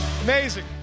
Amazing